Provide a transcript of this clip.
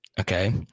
okay